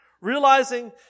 Realizing